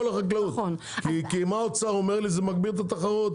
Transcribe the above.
החקלאות כי משרד האוצר אומר לי זה מגביר את התחרות,